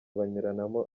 banyuranamo